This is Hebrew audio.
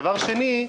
דבר שני,